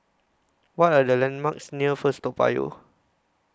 What Are The landmarks near First Toa Payoh